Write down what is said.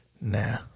Nah